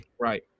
Right